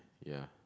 ya